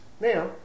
now